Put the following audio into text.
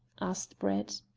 asked brett.